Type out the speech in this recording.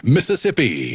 Mississippi